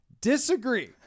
Disagree